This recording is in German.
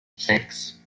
sechs